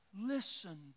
Listen